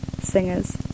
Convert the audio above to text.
singers